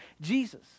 Jesus